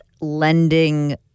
lending